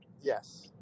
Yes